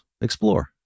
Explore